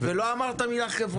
ולא אמרת את המילה "חברה".